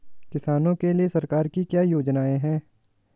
किसानों के लिए सरकार की क्या योजनाएं हैं?